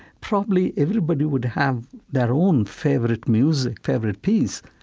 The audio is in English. probably everybody would have their own favorite music, favorite piece.